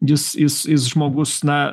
jis jis jis žmogus na